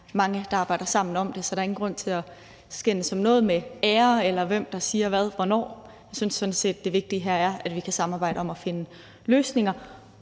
der arbejder sammen om det. Så er der ikke nogen grund til at skændes om noget med ære, eller hvem der siger hvad hvornår. Jeg synes sådan set, det vigtige her er, at vi kan samarbejde om at finde løsninger,